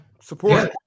support